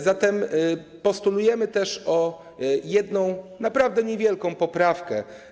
Zatem postulujemy też o jedną naprawdę niewielką poprawkę.